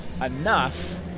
enough